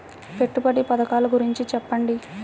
పెట్టుబడి పథకాల గురించి చెప్పండి?